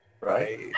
right